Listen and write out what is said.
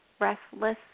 restless